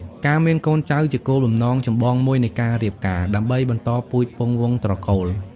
ការមានកូនចៅជាគោលបំណងចម្បងមួយនៃការរៀបការ ដើម្បីបន្តពូជពង្សវង្សត្រកូល។